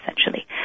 essentially